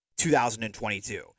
2022